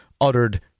uttered